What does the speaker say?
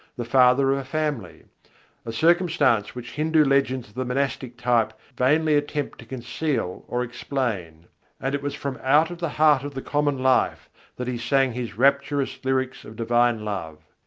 the father of a family a circumstance which hindu legends of the monastic type vainly attempt to conceal or explain and it was from out of the heart of the common life that he sang his rapturous lyrics of divine love.